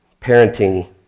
Parenting